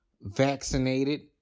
vaccinated